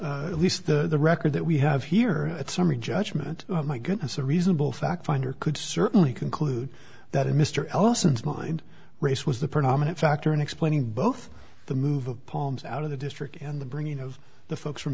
on at least the record that we have here at summary judgment my goodness a reasonable fact finder could certainly conclude that a mr ellison's mind race was the predominant factor in explaining both the move of palms out of the district and the bringing of the folks from